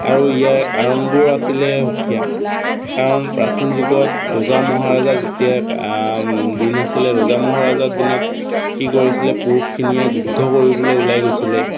আৰু ইয়াৰ কাৰণবোৰো আছিলে সুকীয়া কাৰণ প্ৰাচীন যুগত ৰজা মহাৰজা যেতিয়া দিন আছিলে ৰজা মহাৰজাৰ দিনত কি কৰিছিলে পুৰুষখিনিয়ে যুদ্ধ কৰিবলৈ ওলাই গৈছিলে